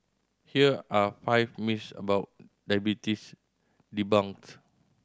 here are five myths about diabetes debunked